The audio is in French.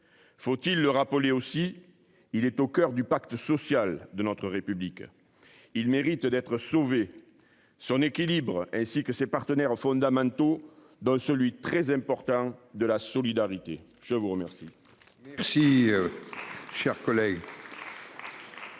Faut-il le rappeler, aussi, il est au coeur du pacte social de notre République. Il mérite d'être sauvé son équilibre ainsi que ses partenaires fondamentaux dont celui très important de la solidarité. Je vous remercie.